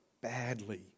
badly